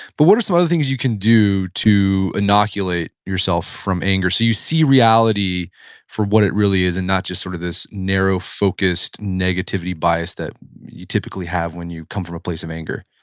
but what are some other things you can do to inoculate yourself from anger so you see reality for what it really is and not just sort of this narrow focused negativity bias that you typically have when you come from a place of anger?